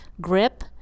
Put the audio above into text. grip